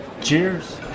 Cheers